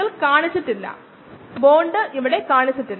നിങ്ങൾക് എല്ലായ്പ്പോഴും എന്നോടും ചോദിക്കാം